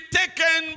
taken